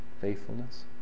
faithfulness